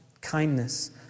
kindness